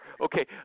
Okay